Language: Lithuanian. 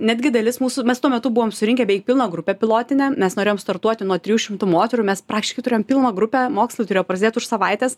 netgi dalis mūsų mes tuo metu buvom surinkę beveik pilną grupę pilotinę mes norėjom startuoti nuo trijų šimtų moterų mes praktiškai turėjom pilną grupę mokslai turėjo prasidėt už savaitės